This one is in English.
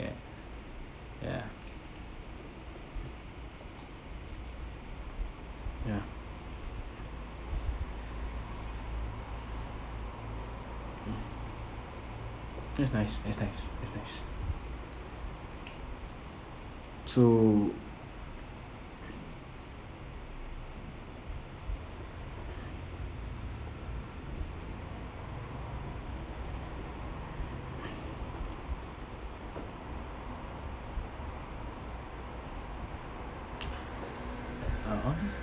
ya ya ya that's nice that's nice that's nice so uh honestly